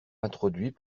introduits